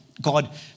God